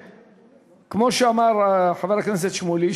כמו שאמר חבר הכנסת שמולי,